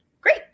great